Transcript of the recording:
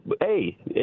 hey